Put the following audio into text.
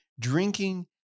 Drinking